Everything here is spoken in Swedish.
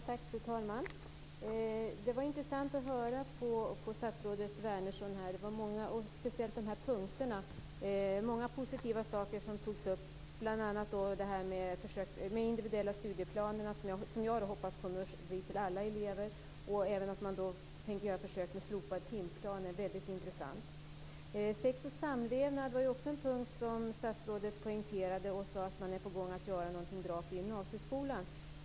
Fru talman! Det var intressant att höra på statsrådet Wärnersson, speciellt när hon räknade upp punkterna. Det var många positiva saker som togs upp, bl.a. försöket med individuella studieplaner. Jag hoppas att det kommer till alla elever. Även detta att man tänker göra försök med slopad timplan är väldigt intressant. Sex och samlevnad var också en punkt som statsrådet poängterade och sade att man är på gång att göra något bra av för gymnasieskolan.